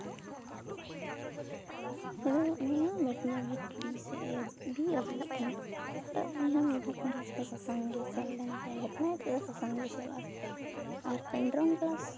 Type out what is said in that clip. ᱫᱤᱱᱟᱹᱢ ᱩᱱᱤ ᱦᱚᱸ ᱵᱷᱤᱴᱱᱟᱵᱷᱤᱴ ᱵᱤ ᱥᱮᱡ ᱮᱭ ᱵᱤ ᱚᱡᱚᱜᱫ ᱛᱟᱦᱮᱱᱟᱭ ᱛᱚ ᱩᱤ ᱦᱚᱸ ᱢᱮᱫᱼᱦᱟᱸ ᱮᱠᱫᱚᱢ ᱥᱟᱥᱟᱝ ᱜᱮ ᱮᱥᱮᱞ ᱞᱮᱱ ᱛᱟᱭᱟ ᱦᱮᱸ ᱵᱷᱤᱴᱱᱟᱵᱷᱤᱴ ᱛᱮᱫᱚ ᱥᱟᱥᱟᱝ ᱜᱮ ᱮᱥᱮᱞᱚᱜᱼᱟ ᱟᱨ ᱯᱮᱱᱰᱨᱚᱢ ᱯᱞᱟᱥ